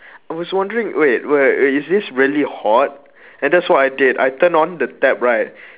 I was wondering wait wait is this really hot and that's what I did I turned on the tap right